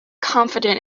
confident